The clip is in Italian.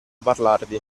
parlarvi